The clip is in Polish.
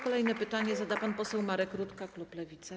Kolejne pytanie zada pan poseł Marek Rutka, klub Lewica.